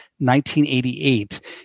1988